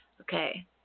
Okay